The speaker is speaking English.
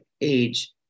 age